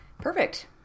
Perfect